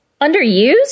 underused